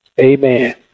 Amen